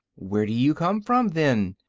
where do you come from, then?